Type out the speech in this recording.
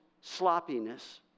sloppiness